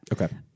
Okay